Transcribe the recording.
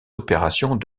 opérations